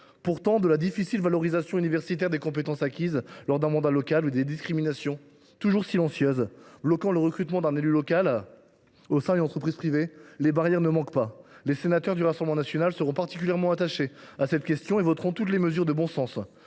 Pourtant, de la difficile valorisation universitaire des compétences acquises lors d’un mandat local aux discriminations, toujours silencieuses, bloquant le recrutement d’un élu local au sein d’une entreprise privée, les barrières ne manquent pas. Les sénateurs du Rassemblement national sont particulièrement attachés à cette question et voteront toutes les mesures de bon sens